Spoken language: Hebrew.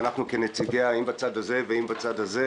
ואנחנו כנציגיה אם בצד הזה ואם בצד הזה,